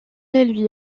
lui